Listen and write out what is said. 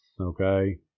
okay